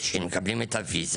אחרי שהם מקבלים את הוויזה,